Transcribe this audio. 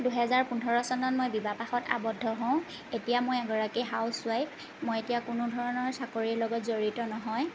দুহেজাৰ পোন্ধৰ চনত মই বিবাহপাশত আবদ্ধ হওঁ এতিয়া মই এগৰাকী হাউছৱাইফ মই এতিয়া কোনো ধৰণৰ চাকৰিৰ লগত জড়িত নহয়